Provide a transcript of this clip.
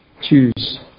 choose